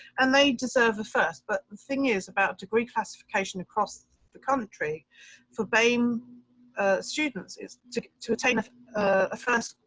and they deserve the first. but the thing is about degree classification across the country for bame students is to attain a ah first,